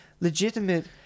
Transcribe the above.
legitimate